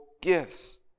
gifts